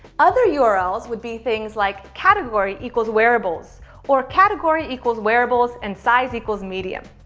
other yeah urls would be things like category equals wearables or category equals wearables and size equals medium.